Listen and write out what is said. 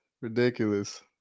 Ridiculous